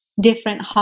different